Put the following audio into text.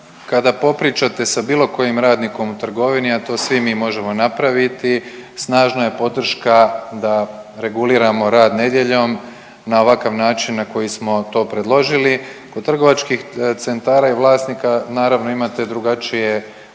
kada popričate sa bilo kojim radnikom u trgovini, a to svi mi možemo napraviti snažna je podrška da reguliramo rad nedjeljom na ovakav način na koji smo to predložili. Kod trgovačkih centara i vlasnika naravno imate drugačije poglede,